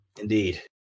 Indeed